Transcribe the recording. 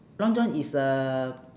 long john is uh